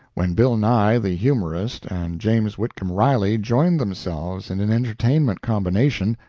when bill nye, the humorist, and james whitcomb riley joined themselves in an entertainment combination,